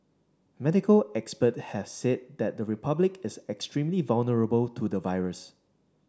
medical expert had said that the Republic is extremely vulnerable to the virus